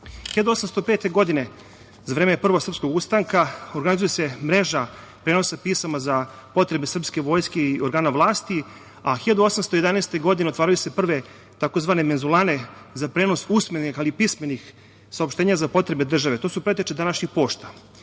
1805. za vreme Prvog srpskog ustanka organizuje se mreža prenosa pisama za potrebe srpske vojske i organa vlasti, a 1811. godine, otvaraju se prve tzv. mezulane za prenos usmenih, ali i pismenih saopštenja za potrebe države. To su preteče. današnjih pošta. Godine